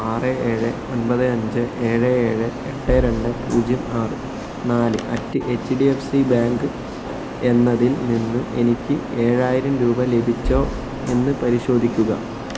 ആറ് ഏഴ് ഒൻപത് അഞ്ച് ഏഴ് ഏഴ് എട്ട് രണ്ട് പൂജ്യം ആറ് നാല് at H D F C bank എന്നതിൽ നിന്ന് എനിക്ക് ഏഴായിരം രൂപ ലഭിച്ചോ എന്ന് പരിശോധിക്കുക